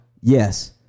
Yes